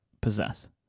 possess